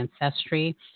ancestry